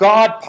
God